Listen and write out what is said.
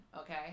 okay